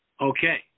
Okay